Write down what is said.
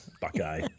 buckeye